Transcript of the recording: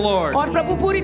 Lord